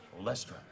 Lester